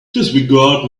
disregard